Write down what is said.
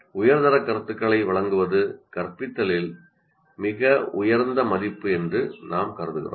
உயர்தர கருத்துக்களை வழங்குவது கற்பித்தலில் மிக உயர்ந்த மதிப்பு என்று நாம் கருதுகிறோம்